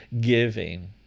giving